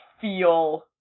feel